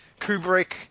Kubrick